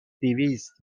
دویست